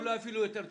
אולי אפילו יותר טוב.